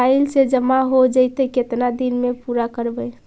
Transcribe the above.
Mobile से जामा हो जैतय, केतना दिन में पुरा करबैय?